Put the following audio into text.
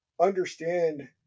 understand